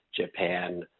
Japan